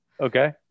Okay